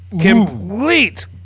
complete